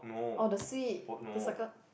or the sweet the circled